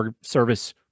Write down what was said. Service